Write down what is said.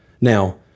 Now